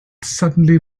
suddenly